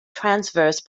transverse